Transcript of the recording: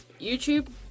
YouTube